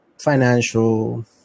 financial